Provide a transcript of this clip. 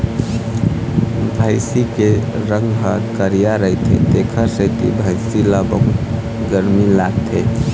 भइसी के रंग ह करिया रहिथे तेखरे सेती भइसी ल बहुत गरमी लागथे